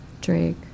Drake